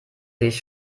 sich